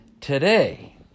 today